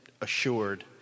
assured